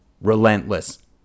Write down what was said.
relentless